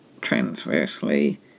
transversely